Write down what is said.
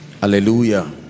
Hallelujah